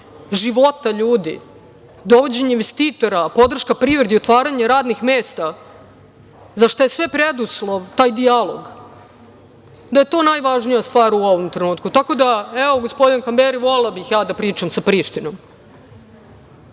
života ljudi, dovođenje investitora, podrška privrede, otvaranje radnih mesta, za šta je sve preduslov taj dijalog, da je to najvažnija stvar u ovom trenutku. Tako da, evo, gospodine Kamberi, volela bih ja da pričam sa Prištinom,